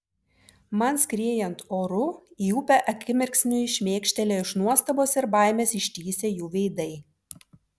man skriejant oru į upę akimirksniui šmėstelėjo iš nuostabos ir baimės ištįsę jų veidai